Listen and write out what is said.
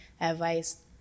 advice